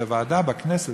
בוועדה בכנסת,